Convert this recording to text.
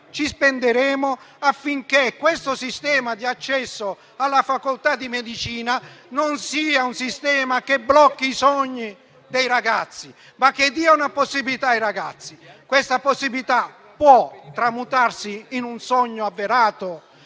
ci spenderemo affinché il sistema di accesso alla facoltà di medicina non blocchi i sogni dei ragazzi, ma dia una possibilità ai ragazzi. Questa possibilità può tramutarsi in un sogno avverato,